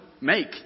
make